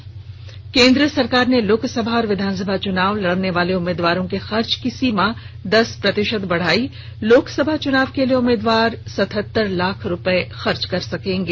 त् केन्द्र सरकार ने लोकसभा और विधानसभा चूनाव लड़ने वाले उम्मीदवारों के खर्च की सीमा दस प्रतिशत बढ़ाई लोकसभा चुनाव के लिए उम्मीदवार सतहत्तर लाख रूपये खर्च कर सकेंगे